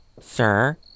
sir